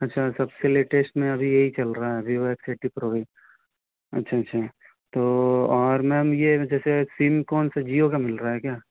अच्छा सबसे लैटस्ट में अभी यही चल रहा है वीवो एक्स फिफ्टी प्रो ही अच्छा अच्छा तो और मैम यह जैसे सिम कौनसा जिओ का मिल रहा है क्या